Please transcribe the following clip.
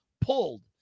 pulled